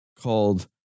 called